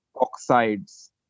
oxides